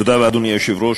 תודה רבה לאדוני היושב-ראש,